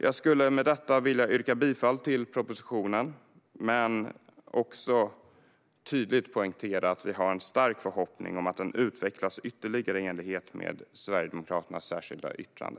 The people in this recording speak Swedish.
Jag skulle med detta vilja yrka bifall till propositionen men också tydligt poängtera att vi har en stark förhoppning om att den utvecklas ytterligare i enlighet med Sverigedemokraternas särskilda yttrande.